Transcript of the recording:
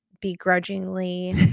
begrudgingly